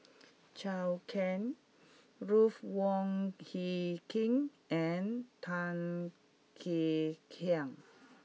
Zhou Can Ruth Wong Hie King and Tan Kek Hiang